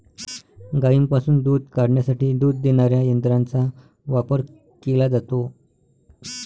गायींपासून दूध काढण्यासाठी दूध देणाऱ्या यंत्रांचा वापर केला जातो